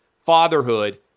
fatherhood